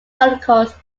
articles